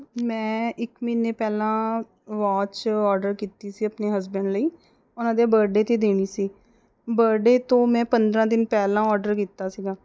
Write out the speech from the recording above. ਮੈਂ ਇੱਕ ਮਹੀਨੇ ਪਹਿਲਾਂ ਵੋਚ ਔਡਰ ਕੀਤੀ ਸੀ ਆਪਣੇ ਹਸਬੈਂਡ ਲਈ ਉਹਨਾਂ ਦੇ ਬਰਡੇ 'ਤੇ ਦੇਣੀ ਸੀ ਬਰਡੇ ਤੋਂ ਮੈਂ ਪੰਦਰ੍ਹਾਂ ਦਿਨ ਪਹਿਲਾਂ ਔਡਰ ਕੀਤਾ ਸੀਗਾ